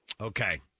Okay